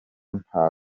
nta